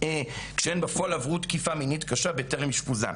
כשהן בפועל עברו תקיפה מינית קשה בטרם אשפוזן.